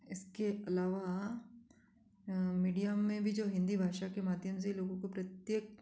इसके अलावा मीडिया में भी जो हिंदी भाषा के माध्यम से लोगों को प्रत्येक